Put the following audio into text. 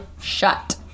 shut